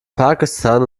pakistan